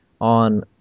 on